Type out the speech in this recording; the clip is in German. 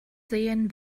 sehen